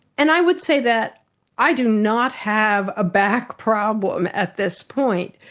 and i would say that i do not have a back problem at this point.